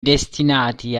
destinati